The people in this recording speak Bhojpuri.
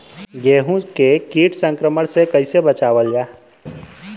गेहूँ के कीट संक्रमण से कइसे बचावल जा?